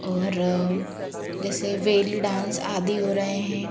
और जैसे belly dance आदि हो रहे हैं